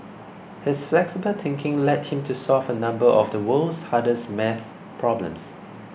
his flexible thinking led him to solve a number of the world's hardest maths problems